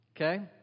Okay